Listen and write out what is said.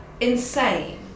insane